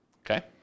Okay